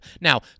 Now